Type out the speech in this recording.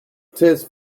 test